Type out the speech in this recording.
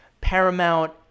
Paramount